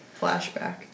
flashback